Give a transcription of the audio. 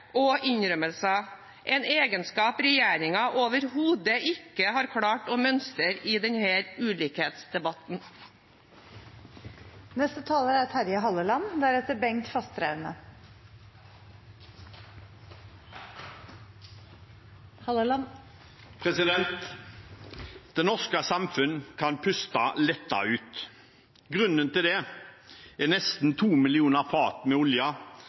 og innrømmelser, en egenskap regjeringen overhodet ikke har klart å mønstre i denne ulikhetsdebatten. Det norske samfunnet kan puste lettet ut. Grunnen til det er nesten to millioner fat med olje